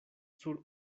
sur